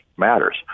matters